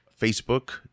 Facebook